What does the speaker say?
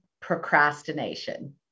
procrastination